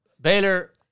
Baylor